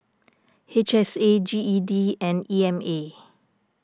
H S A G E D and E M A